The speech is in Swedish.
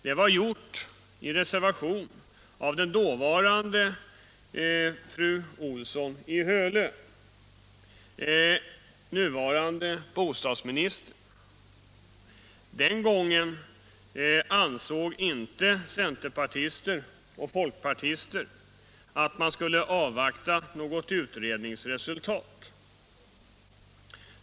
Det var gjort i reservation av dåvarande riksdagsledamoten fru Olsson i Hölö, vår nuvarande bostadsminister. Den gången ansåg inte centerpartister och folkpartister att man skulle avvakta något utredningsresultat.